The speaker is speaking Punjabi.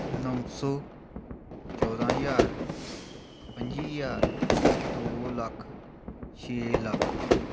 ਨੌਂ ਸੌ ਚੌਦਾਂ ਹਜ਼ਾਰ ਪੰਝੀ ਹਜ਼ਾਰ ਦੋ ਲੱਖ ਛੇ ਲੱਖ